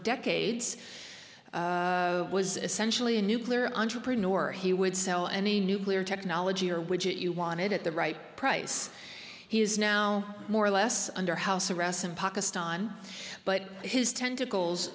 decades was essentially a nuclear entrepreneur he would sell any nuclear technology or widget you wanted at the right price he is now more or less under house arrest in pakistan but his tentacles